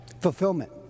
fulfillment